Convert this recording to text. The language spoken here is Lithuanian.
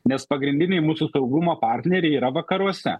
nes pagrindiniai mūsų saugumo partneriai yra vakaruose